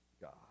God